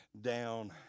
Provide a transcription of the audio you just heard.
down